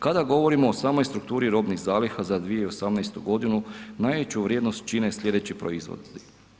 Kada govorimo o samoj strukturi robnih zaliha za 2018. g., najveću vrijednost čine slijedeći proizvodi.